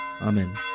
Amen